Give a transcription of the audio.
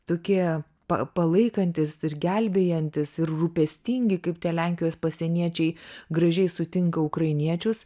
tokie pa palaikantys ir gelbėjantys ir rūpestingi kaip tie lenkijos pasieniečiai gražiai sutinka ukrainiečius